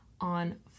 on